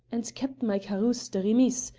and kept my carosse de remise,